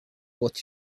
what